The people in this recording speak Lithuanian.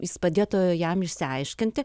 jis padėtų jam išsiaiškinti